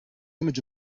image